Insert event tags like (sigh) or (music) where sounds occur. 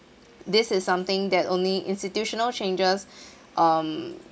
this is something that only institutional changes (breath) um